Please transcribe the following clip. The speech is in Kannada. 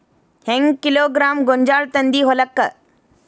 ಹೆಂಗ್ ಕಿಲೋಗ್ರಾಂ ಗೋಂಜಾಳ ತಂದಿ ಹೊಲಕ್ಕ?